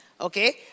okay